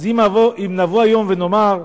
אם נבוא היום ונאמר: